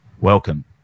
welcome